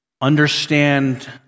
understand